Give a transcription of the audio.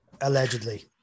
Allegedly